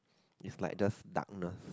it's like just darkness